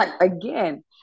again